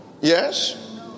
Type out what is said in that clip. Yes